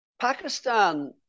Pakistan